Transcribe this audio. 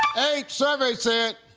eight. survey said.